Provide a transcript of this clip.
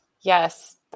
Yes